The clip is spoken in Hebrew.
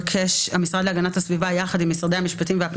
המשרד להגנת הסביבה יחד עם משרדי המשפטים והפנים